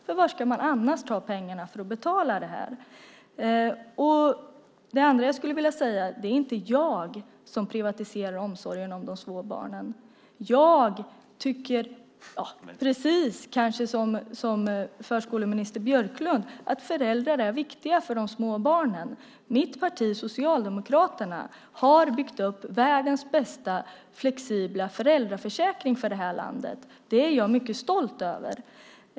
Varifrån ska man annars ta pengarna för att betala det här? Det andra jag skulle vilja säga är att det inte är jag som privatiserar omsorgen om de små barnen. Jag tycker precis som förskoleminister Björklund att föräldrar är viktiga för de små barnen. Mitt parti, Socialdemokraterna, har byggt upp världens bästa flexibla föräldraförsäkring för det här landet. Det är jag mycket stolt över.